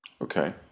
Okay